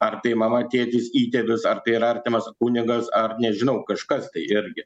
ar tai mama tėtis įtėvis ar tai yra artimas kunigas ar nežinau kažkas tai irgi